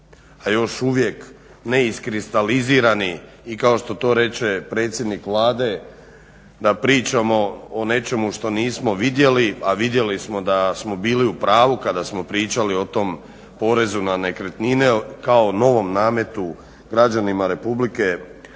a još uvijek ne iskristalizirani i kao što to reče predsjednik Vlade da pričamo o nečemu što nismo vidjeli, a vidjeli smo da smo bili u pravu kada smo pričali o tom porezu na nekretnine kao novom nametu građanima RH,